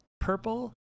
Purple